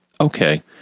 okay